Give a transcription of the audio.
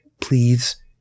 please